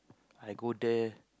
I go there